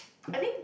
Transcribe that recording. I think